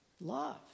love